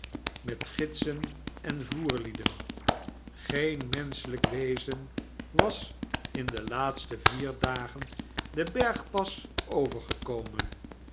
met gidsen en voerlieden geen menschelgk wezen was in de laatste vier dagen den bergpas overgekomen